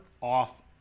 off